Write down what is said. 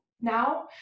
now